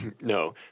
No